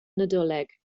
nadolig